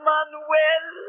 Manuel